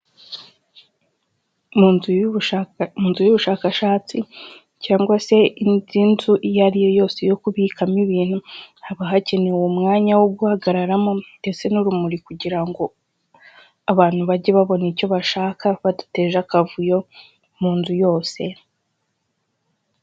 Mu nzu y'ubushakashatsi cyangwa se indi nzu iyo ari yo yose yo kubikamo ibintu, haba hakenewe umwanya wo guhagararamo ndetse n'urumuri, kugira ngo abantu bage babona icyo bashaka badateje akavuyo mu nzu yose.